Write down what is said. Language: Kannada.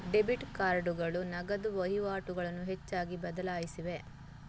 ಡೆಬಿಟ್ ಕಾರ್ಡುಗಳು ನಗದು ವಹಿವಾಟುಗಳನ್ನು ಹೆಚ್ಚಾಗಿ ಬದಲಾಯಿಸಿವೆ